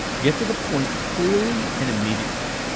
get to the point clearly and immediately.